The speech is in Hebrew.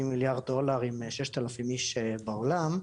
מיליארד דולר עם ששת אלפים איש בעולם,